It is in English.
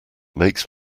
makes